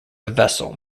vessel